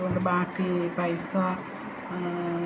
അതുകൊണ്ട് ബാക്കി പൈസ